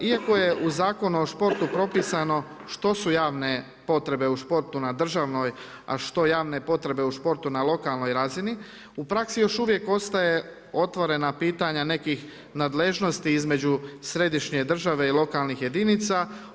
Iako je Zakonu o športu propisano što su javne potrebe u športu na državnoj, a što javne potrebe u športu na lokalnoj razini, u praksi još uvijek ostaje otvorena pitanja, nekih nadležnosti, između središnje države i lokalnih jedinica.